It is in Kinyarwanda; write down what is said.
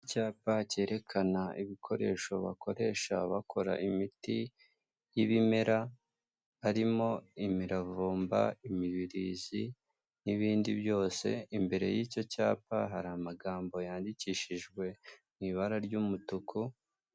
Icyapa cyerekana ibikoresho bakoresha bakora imiti y'ibimera, harimo imiravumba, imibirizi, n'ibindi byose. Imbere y'icyo cyapa hari amagambo yandikishijwe mu ibara ry'umutuku...